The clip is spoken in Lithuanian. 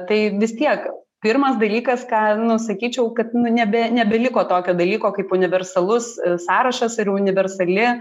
tai vis tiek pirmas dalykas ką nu sakyčiau kad nu nebe nebeliko tokio dalyko kaip universalus sąrašas ir universali